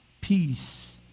peace